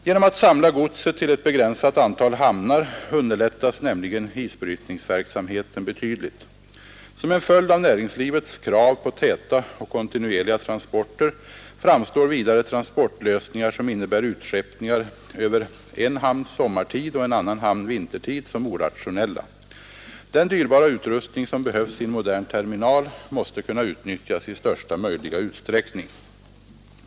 Genom att samla godset till ett begränsat antal hamnar underlättas nämligen isbrytningsverksamheten betydligt. Som en följd av näringslivets krav på täta och kontinuerliga transporter framstår vidare transportlösningar som innebär utskeppningar över en hamn sommartid och en annan hamn vintertid som orationella. Den dyrbara utrustning som behövs i en modern terminal måste kunna utnyttjas i största möjliga utsträckning.